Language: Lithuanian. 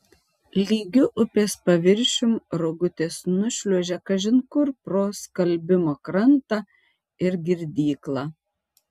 lygiu upės paviršium rogutės nušliuožia kažin kur pro skalbimo krantą ir girdyklą